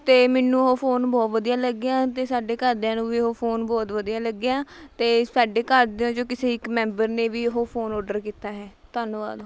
ਅਤੇ ਮੈਨੂੰ ਉਹ ਫੋਨ ਬਹੁਤ ਵਧੀਆ ਲੱਗਿਆ ਅਤੇ ਸਾਡੇ ਘਰਦਿਆਂ ਨੂੰ ਵੀ ਉਹ ਫੋਨ ਬਹੁਤ ਵਧੀਆ ਲੱਗਿਆ ਅਤੇ ਸਾਡੇ ਘਰਦਿਆਂ 'ਚੋਂ ਕਿਸੇ ਇੱਕ ਮੈਂਬਰ ਨੇ ਵੀ ਉਹ ਫੋਨ ਔਡਰ ਕੀਤਾ ਹੈ ਧੰਨਵਾਦ